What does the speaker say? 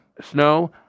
snow